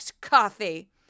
coffee